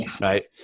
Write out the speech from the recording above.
right